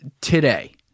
today